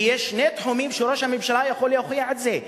ויש שני תחומים שבהם ראש הממשלה יכול להוכיח את זה,